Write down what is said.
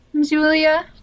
Julia